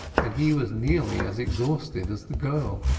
and he was nearly as exhausted as the girl.